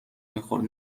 میخورد